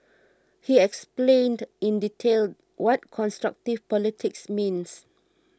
he explained in detail what constructive politics means